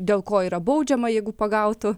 dėl ko yra baudžiama jeigu pagautų